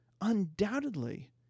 undoubtedly